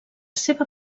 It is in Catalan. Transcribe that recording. seva